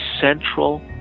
central